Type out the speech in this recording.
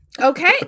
okay